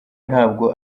ntabwo